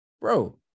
Bro